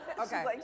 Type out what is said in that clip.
Okay